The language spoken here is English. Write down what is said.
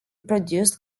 produced